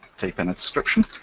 type in a description